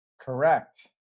correct